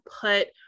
put